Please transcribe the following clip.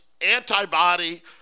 antibody